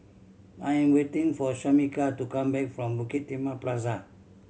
I'm waiting for Shamika to come back from Bukit Timah Plaza